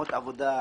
מקומות עבודה,